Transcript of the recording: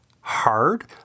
hard